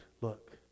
look